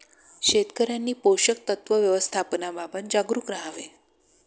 शेतकऱ्यांनी पोषक तत्व व्यवस्थापनाबाबत जागरूक राहावे